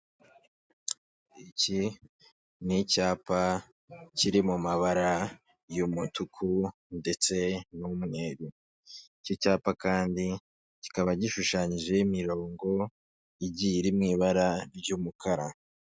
Iki ni icyapa kiri mu mabara y'umutuku ndetse n'umweru, iki cyapa kandi kikaba gishushanyijeho imirongo igi iri mu ibara ry'umukara.